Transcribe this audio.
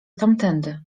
tamtędy